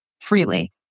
freely